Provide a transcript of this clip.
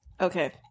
Okay